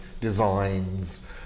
designs